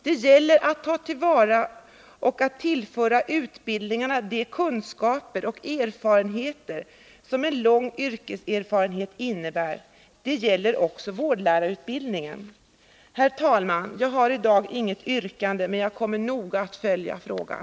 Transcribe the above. Det gäller att ta till vara och att tillföra utbildningar de kunskaper och erfarenheter som en lång yrkeserfarenhet innebär. Detta gäller också vårdlärarutbildningen. Herr talman! Jag har i dag inget yrkande, men jag kommer att noga följa frågan.